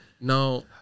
Now